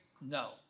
no